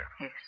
Yes